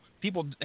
People